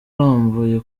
arambuye